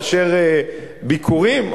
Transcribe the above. לאשר ביקורים.